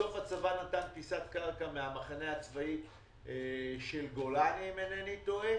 בסוף הצבא נתן פיסת קרקע מהמחנה הצבאי של גולני אם אינני טועה.